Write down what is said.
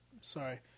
sorry